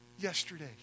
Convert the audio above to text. yesterday